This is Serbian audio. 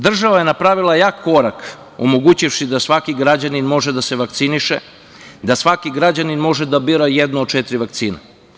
Država je napravila jak korak omogućivši da svaki građanin može da se vakciniše, da svaki građanin može da bira jednu od četiri vakcine.